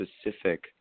specific